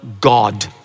God